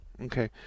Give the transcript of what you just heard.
Okay